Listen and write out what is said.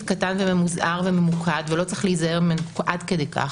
קטן וממוזער וממוקד ולא צריך להיזהר ממנו עד כדי כך,